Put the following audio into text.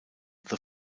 the